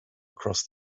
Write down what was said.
across